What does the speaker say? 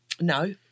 No